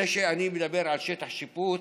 כשאני מדבר על שטח שיפוט,